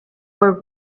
were